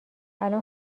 الان